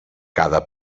cada